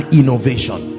innovation